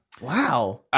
Wow